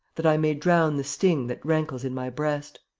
that i may drown the sting that rankles in my breast.